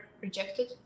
rejected